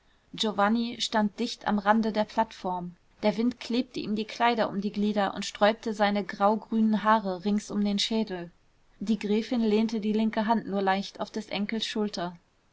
giovanni stand dicht am rande der plattform der wind klebte ihm die kleider um die glieder und sträubte seine grau grünen haare rings um den schädel die gräfin lehnte die linke hand nur leicht auf des enkels schulter